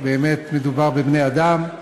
באמת מדובר בבני-אדם,